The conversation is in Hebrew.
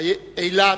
אילת,